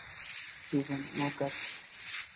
ठीक है नमस्कार